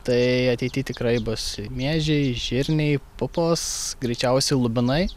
tai ateity tikrai bus miežiai žirniai pupos greičiausiai lubinai